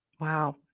Wow